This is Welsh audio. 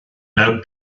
mewn